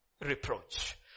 reproach